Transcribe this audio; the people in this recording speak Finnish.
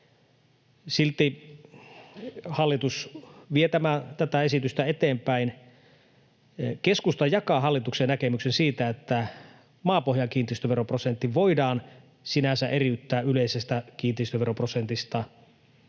Silti hallitus vie tätä esitystä eteenpäin. Keskusta jakaa hallituksen näkemyksen siitä, että maapohjan kiinteistöveroprosentti voidaan sinänsä eriyttää yleisestä kiinteistöveroprosentista,